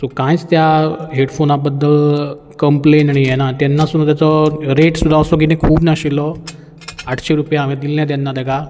कांयच त्या हेडफोना बद्दल कंप्लेन आनी हें ना तेन्नासून आतां तो रेट सुद्दां असो कितें खूब नाशिल्लो आठशीं रुपया हांवें दिल्ले तेन्ना तेका